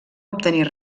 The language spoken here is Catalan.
obtenir